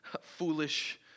foolish